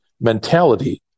mentality